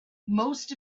most